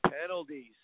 penalties